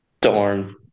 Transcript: Darn